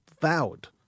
vowed